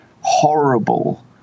horrible